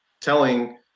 Telling